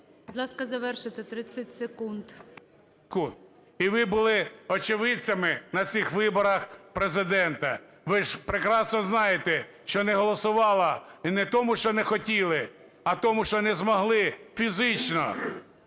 Будь ласка, завершуйте, 30 секунд. НІМЧЕНКО В.І. І ви були очевидцями на цих виборах Президента, ви ж прекрасно знаєте, що не голосували і не тому, що не хотіли, а тому, що не змогли фізично,